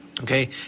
Okay